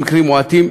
ובמקרים מועטים,